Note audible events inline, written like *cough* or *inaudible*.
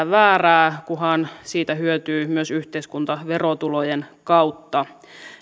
*unintelligible* väärää kunhan siitä hyötyy myös yhteiskunta verotulojen kautta